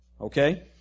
Okay